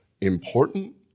important